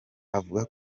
avuga